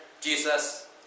Jesus